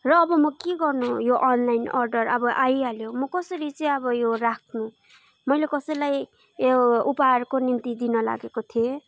र अब म के गर्नु अनलाइन अडर अब आइहाल्यो म कसरी चाहिँ अब यो राख्नु मैले कसैलाई यो उपहारको निम्ति दिन लागेको थिएँ